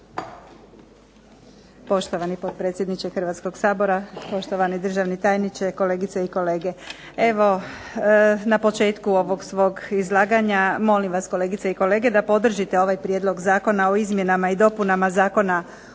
Poštovani potpredsjedniče Hrvatskog sabora, poštovani državni tajniče, kolegice i kolege. Evo na početku ovog svog izlaganja molim vas kolegice i kolege da podržite ovaj Prijedlog zakona o izmjenama i dopunama Zakona